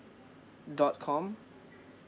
dot com